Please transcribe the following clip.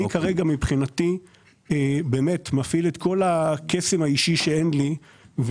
כרגע מבחינתי אני מפעיל את כל הקסם האישי שאין לי.